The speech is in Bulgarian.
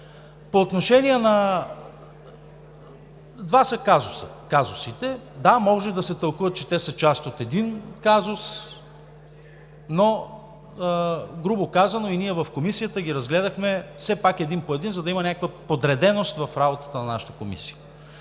е нейно право. Два са казусите. Да, може да се тълкува, че те са част от един казус, но, грубо казано, и ние в Комисията ги разгледахме все пак един по един, за да има някаква подреденост в работата на нашата комисия.